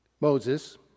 Moses